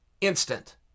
instant